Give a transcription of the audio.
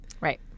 Right